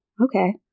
Okay